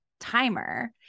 timer